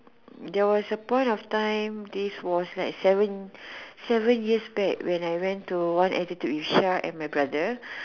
there was a point of time this was like seven seven years back when I went to one altitude with Char and my brother